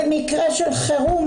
במקרה של חירום,